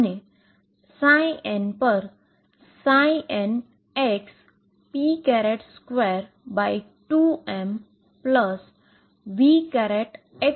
અને n પર n p22mVxમને એનર્જી આપે છે